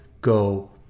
go